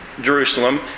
Jerusalem